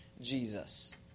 Jesus